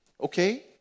Okay